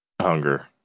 hunger